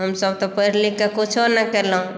हमसभ तऽ पढ़ि लिखकेँ कुछो नहि केलहुँ